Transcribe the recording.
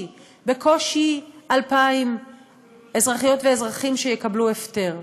בקושי 2,000 אזרחיות ואזרחים שיקבלו הפטר,